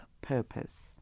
purpose